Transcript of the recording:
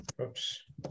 oops